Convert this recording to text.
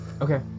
Okay